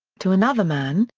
to another man,